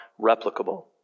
replicable